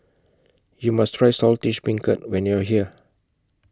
YOU must Try Saltish Beancurd when you're here